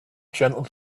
gentle